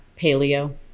paleo